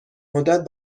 مدت